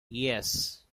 yes